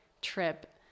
trip